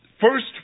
first